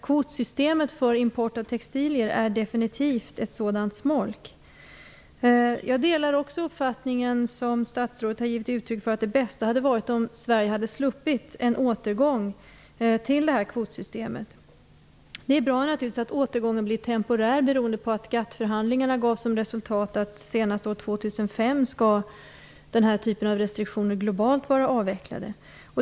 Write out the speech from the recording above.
Kvotsystemet för import av textilier är definitivt ett sådant smolk. Jag delar också den uppfattning som statsrådet har givit uttryck för, att det bästa hade varit om Sverige hade sluppit en återgång till det här kvotsystemet. Det är naturligtvis bra att återgången blir temporär, beroende på att GATT-förhandlingarna gav som resultat att den här typen av restriktioner skall vara avvecklad globalt senast år 2005.